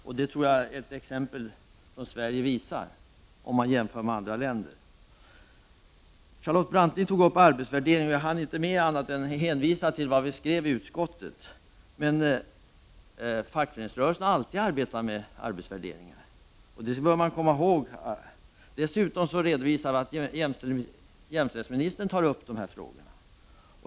Om man jämför med andra länder är Sverige ett exempel som visar detta. Charlotte Branting tog upp arbetsvärderingen. Jag hann inte med annat än att hänvisa till vad vi skrev i utskottsbetänkandet. Men fackföreningsrörelsen har alltid arbetat med arbetsvärderingar. Det bör man komma ihåg. Dessutom har jämställdhetsministern tagit upp dessa frågor.